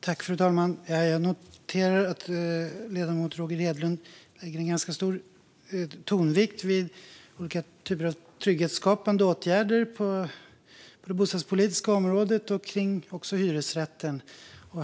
Fru talman! Jag noterar att ledamoten Roger Hedlund lägger stor tonvikt vid olika typer av trygghetsskapande åtgärder på det bostadspolitiska området och också vid hyresrätten.